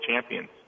champions